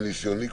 מניסיוני,